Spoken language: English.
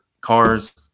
cars